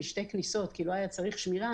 משתי כניסות כי לא היה צריך שמירה,